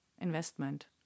investment